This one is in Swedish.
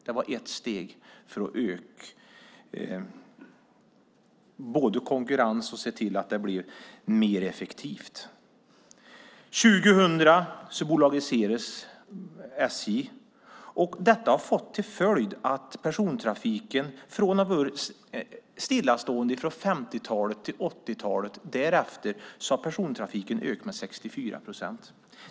Det var ett steg för att öka konkurrensen och se till att det blev mer effektivt. År 2000 bolagiserades SJ. Detta har fått till följd att persontrafiken från att inte ha ökat någonting från 50-talet till 80-talet därefter har ökat med 64 procent.